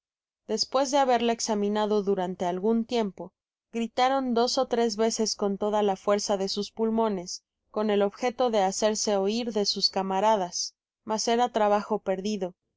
despues de haberla examinado durante algun tiempo gritaron dos ó tres veces con toda la fuerza de sus pulmones con el objeto de hacerse oir de sus camaradas mas era trabajo perdido